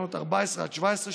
תקנות 14 עד 17,